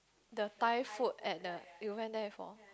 the Thai food at the you went there before